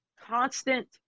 constant